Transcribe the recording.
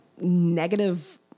negative